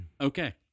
Okay